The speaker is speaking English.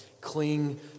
cling